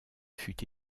fut